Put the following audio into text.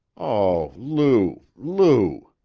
oh, lou! lou!